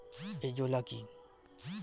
Azolla কি?